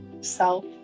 self